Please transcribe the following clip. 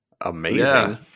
Amazing